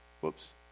Whoops